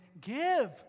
give